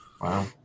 Wow